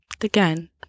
again